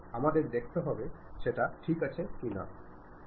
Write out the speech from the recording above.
വിവിധ സ്ഥാനങ്ങളിലുള്ളവരും ഉണ്ട്